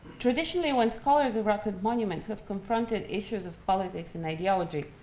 traditionally when scholars of rock cut monuments have confronted issues of politics and ideology,